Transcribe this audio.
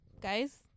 Guys